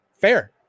Fair